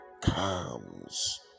comes